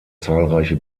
zahlreiche